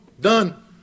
Done